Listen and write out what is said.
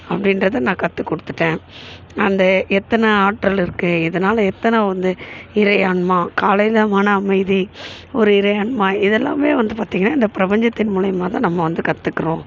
அப்படின்றத நான் கற்றுக் கொடுத்துட்டேன் அந்த எத்தனை ஆற்றல் இருக்குது இதனால் எத்தனை வந்து இறை ஆன்மா காலையில் மன அமைதி ஒரு இறை ஆன்மா இது எல்லாமே வந்து பார்த்திங்கன்னா இந்த பிரபஞ்சத்தின் மூலிமா தான் நம்ம வந்து கற்றுக்கிறோம்